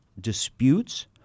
disputes